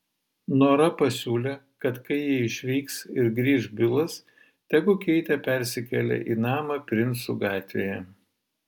nora pasiūlė kad kai jie išvyks ir grįš bilas tegu keitė persikelia į namą princų gatvėje